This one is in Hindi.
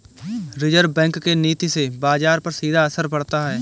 रिज़र्व बैंक के नीति से बाजार पर सीधा असर पड़ता है